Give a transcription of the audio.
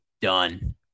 done